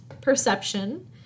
perception